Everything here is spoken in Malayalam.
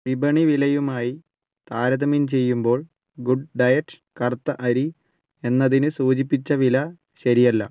വിപണി വിലയുമായി താരതമ്യം ചെയ്യുമ്പോൾ ഗുഡ് ഡയറ്റ് കറുത്ത അരി എന്നതിന് സൂചിപ്പിച്ച വില ശരിയല്ല